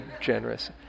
generous